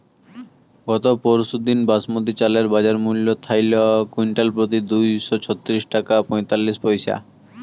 গত পরশুদিন বাসমতি চালের বাজারমূল্য থাইল কুইন্টালপ্রতি দুইশো ছত্রিশ টাকা পঁয়তাল্লিশ পইসা